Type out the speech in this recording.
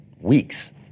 weeks